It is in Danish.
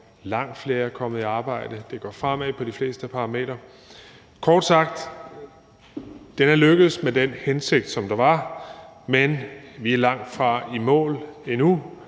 langt flere er kommet i arbejde, det går fremad på de fleste parametre. Kort sagt er det lykkedes med den hensigt, som der var, men vi er langtfra i mål endnu,